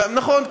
נכון,